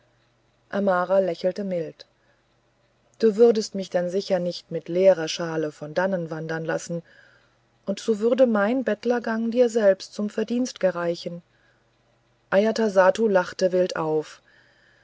amara lächelte mild du würdest mich dann sicher nicht mit leerer schale von dannen wandern lassen und so würde mein bettlergang dir selbst zum verdienst gereichen ajatasattu lachte wild auf